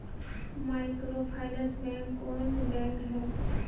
Microfinance bank कौन bank है?